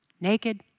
naked